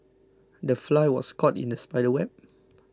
the fly was caught in the spider's web